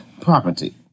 property